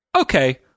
okay